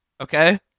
okay